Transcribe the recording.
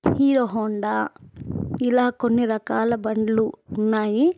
hero Honda ఇలా కొన్ని రకాల బండ్లు ఉన్నాయి